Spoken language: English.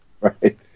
Right